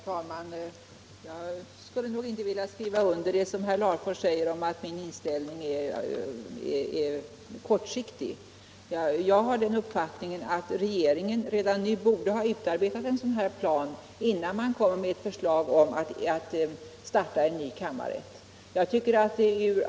Herr talman! Jag skulle inte vilja skriva under det som herr Larfors säger om att min inställning är kortsiktig. Jag har den uppfattningen att regeringen redan borde ha utarbetat en plan innan man kom med ett förslag om en ny kammarrätt.